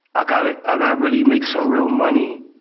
i got it. and i really make some real money.